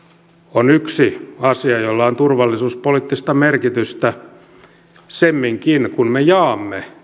on yksi asia jolla on turvallisuuspoliittista merkitystä semminkin kun me jaamme